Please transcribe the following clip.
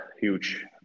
huge